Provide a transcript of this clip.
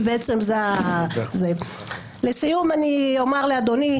לסיום, אדוני,